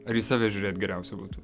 ir į save žiūrėt geriausia būtų